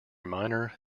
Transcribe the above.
minor